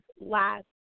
last